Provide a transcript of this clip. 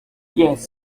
yes